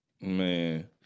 man